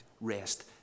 rest